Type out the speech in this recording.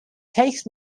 case